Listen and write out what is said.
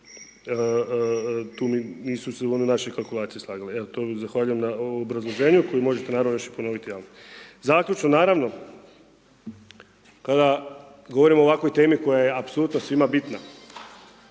tu mi nisu u našoj kalkulaciji slagali, evo zahvaljujem na obrazloženju koje možete još i ponoviti, ali zaključno, naravno, kada govorimo o ovakvoj temi koja je apsolutno svima bitna,